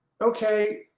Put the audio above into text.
okay